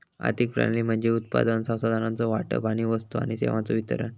आर्थिक प्रणाली म्हणजे उत्पादन, संसाधनांचो वाटप आणि वस्तू आणि सेवांचो वितरण